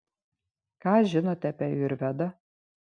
ką žinote apie ajurvedą